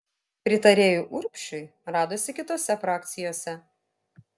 pritarėjų urbšiui radosi kitose frakcijose